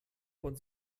von